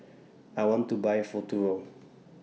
I want to Buy Futuro